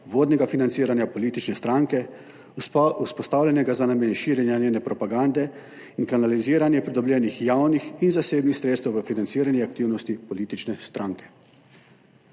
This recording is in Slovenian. obvodnega financiranja politične stranke, vzpostavljenega za namen širjenja njene propagande in kanaliziranje pridobljenih javnih in zasebnih sredstev v financiranje aktivnosti politične stranke.